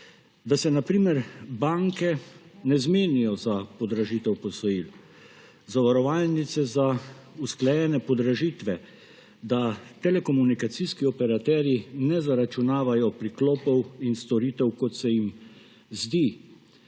Da se na primer banke ne zmenijo za podražitev posojil, zavarovalnice za usklajene podražitve, da telekomunikacijski operaterji ne zaračunavajo priklopov in storitev, kot se jim zdi.